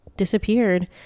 Disappeared